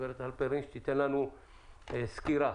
שתיתן לנו סקירה